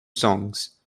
songs